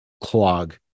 clog